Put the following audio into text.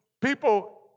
people